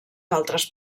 altres